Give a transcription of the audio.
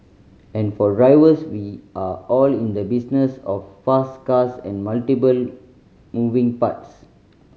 and for drivers we are all in the business of fast cars and multiple moving parts